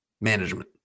management